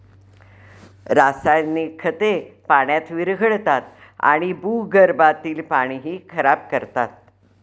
रासायनिक खते पाण्यात विरघळतात आणि भूगर्भातील पाणीही खराब करतात